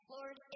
Lord